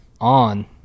on